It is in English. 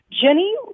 Jenny